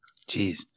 Jeez